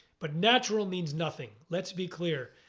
but natural means nothing. let's be clear.